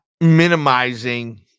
minimizing